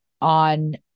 On